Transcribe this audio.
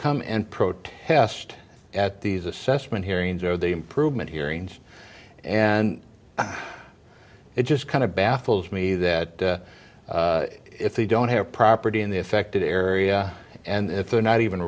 come and protest at these assessment hearings or the improvement hearings and it just kind of baffles me that if they don't have property in the affected area and if they're not even